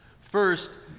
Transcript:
First